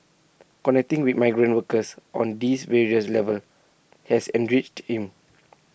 connecting with migrant workers on these various levels has enriched him